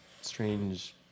strange